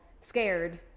scared